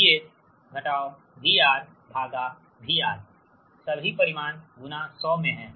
regulationVS VRVR सभी परिमाण गुना 100 में हैं